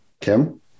kim